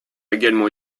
également